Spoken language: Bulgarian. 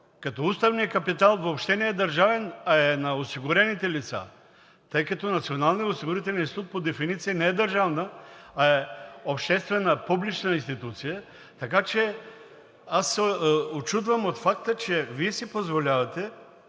като уставният капитал въобще не е държавен, а е на осигурените лица, тъй като Националният осигурителен институт по дефиниция не е държавна, а е обществена, публична институция, така че аз се учудвам от факта, че Вие си позволявате